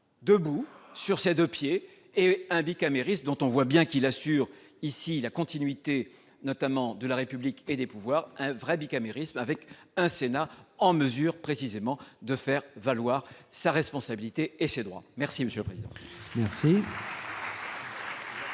debout, sur ses deux pieds, avec un bicamérisme dont on voit bien qu'il assure ici la continuité, notamment, de la République et des pouvoirs, un véritable bicamérisme avec un Sénat en mesure de faire valoir sa responsabilité et ses droits ? La parole est à M. le président